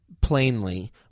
plainly